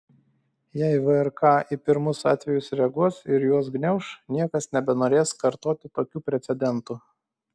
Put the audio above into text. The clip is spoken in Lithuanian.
jei vrk į pirmus atvejus reaguos ir juos gniauš niekas nebenorės kartoti tokių precedentų